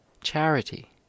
charity